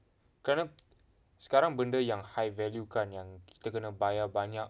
sekarang sekarang benda yang high value kan yang kita kena bayar banyak